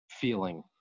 feeling